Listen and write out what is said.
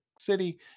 city